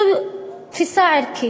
זו תפיסה ערכית.